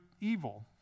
evil